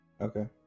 okay